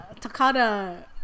Takada